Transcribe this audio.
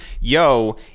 yo